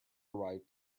arrived